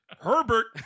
Herbert